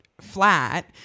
flat